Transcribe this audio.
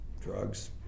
drugs